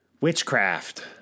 Witchcraft